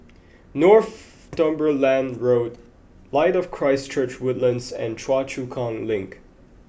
Northumberland Road Light of Christ Church Woodlands and Choa Chu Kang Link